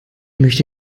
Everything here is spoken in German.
möchte